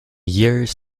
years